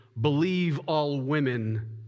believe-all-women